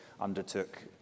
undertook